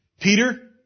Peter